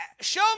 Show